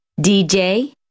DJ